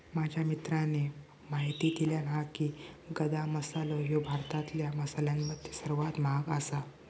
माझ्या मित्राने म्हायती दिल्यानं हा की, गदा मसालो ह्यो भारतातल्या मसाल्यांमध्ये सर्वात महाग आसा